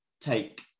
take